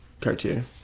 Cartier